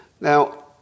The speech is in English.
Now